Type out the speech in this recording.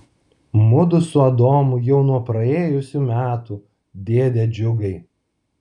mudu su adomu jau nuo praėjusių metų dėde džiugai